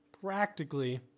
Practically